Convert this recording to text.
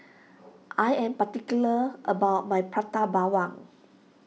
I am particular about my Prata Bawang